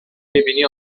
میبینی